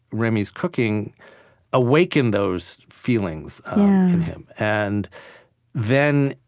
remy's cooking awakened those feelings in him. and then,